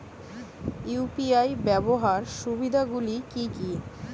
UPI ব্যাবহার সুবিধাগুলি কি কি?